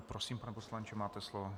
Prosím, pane poslanče, máte slovo.